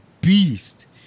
beast